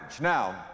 Now